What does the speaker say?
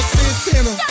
Santana